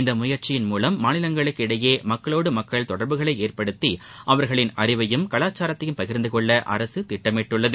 இந்த முயற்சியின் மூலம் மாநிலங்களுக்கு இடையே மக்களோடு மக்களோடு மக்கள் தொடர்புகளை ஏற்படுத்தி அவர்களின் அறிவையும் கலாச்சாரத்தையும் பகிர்ந்துகொள்ள அரசு திட்டமிட்டுள்ளது